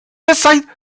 decided